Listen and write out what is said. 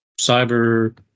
Cyber